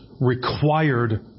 required